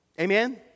Amen